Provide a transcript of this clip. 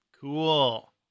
Cool